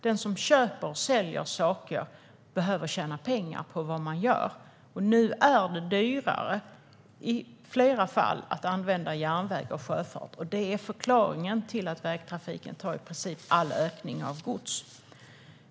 Den som säljer eller köper saker behöver tjäna pengar på det, och nu är det i flera fall dyrare att använda järnväg och sjöfart. Det är förklaringen till att vägtrafiken står för all ökning av godstransporter.